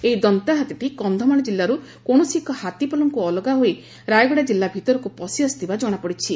ଏହି ଦନ୍ତା ହାତୀଟି କକ୍ଷମାଳ କିଲ୍ଲାରୁ କୌରସି ଏକ ହାତୀପଲଙ୍କୁ ଅଲଗା ହୋଇ ରାୟଗଡ଼ା ଜିଲ୍ଲା ଭିତରକୁ ପଶିଆସିଥିବା ଜଣାପଡ଼ିଛି